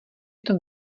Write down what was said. tom